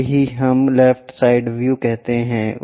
इसे ही हम लेफ्ट साइड व्यू कहते हैं